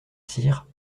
cyr